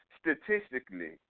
statistically